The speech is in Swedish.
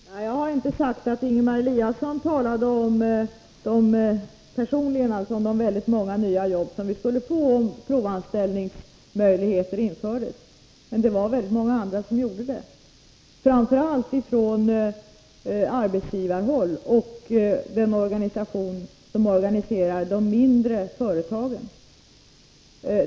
Fru talman! Jag har inte sagt att Ingemar Eliasson personligen talade om de väldigt många nya jobb som vi skulle få om provanställningsmöjligheter infördes. Men det var väldigt många andra som gjorde det, framför allt från arbetsgivarhåll och från den organisation som organiserar de mindre företagen.